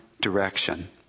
direction